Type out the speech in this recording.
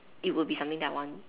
it would be something that I want